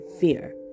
fear